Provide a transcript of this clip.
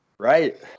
Right